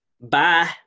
Bye